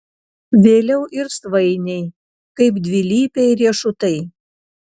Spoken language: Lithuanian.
vėliau ir svainiai kaip dvilypiai riešutai